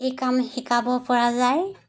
এই কাম শিকাব পৰা যায়